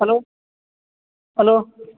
hello hello